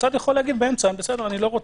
צד יכול להגיד באמצע: אני לא רוצה,